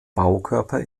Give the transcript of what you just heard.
baukörper